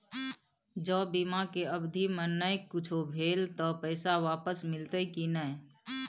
ज बीमा के अवधि म नय कुछो भेल त पैसा वापस मिलते की नय?